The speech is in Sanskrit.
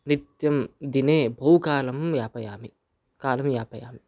नित्यं दिने बहुकालं यापयामि कालं यापयामि